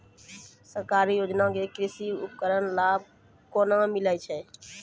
सरकारी योजना के कृषि उपकरण लाभ केना मिलै छै?